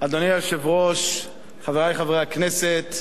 אדוני היושב-ראש, חברי חברי הכנסת,